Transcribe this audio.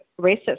racist